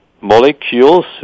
molecules